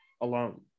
alone